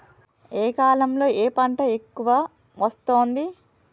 ఏ కాలంలో ఏ పంట ఎక్కువ వస్తోంది?